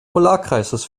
polarkreises